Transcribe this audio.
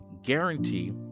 Guarantee